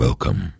Welcome